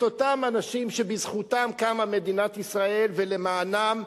את אותם אנשים שבזכותם קמה מדינת ישראל ולמענם,